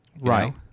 Right